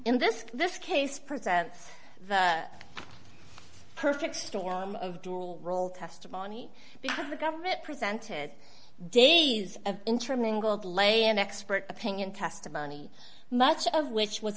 in this this case presents perfect storm of dual role testimony because the government presented days of intermingled lay and expert opinion testimony much of which was